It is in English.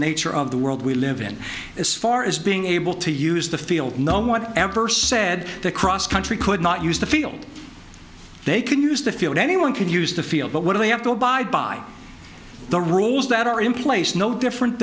nature of the world we live in as far as being able to use the field no one ever said the cross country could not use the field they can use the field anyone can use the field but what do they have to abide by the rules that are in place no different